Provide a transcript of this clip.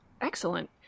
Excellent